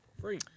Free